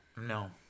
No